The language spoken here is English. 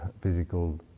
physical